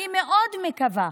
אני מאוד מקווה,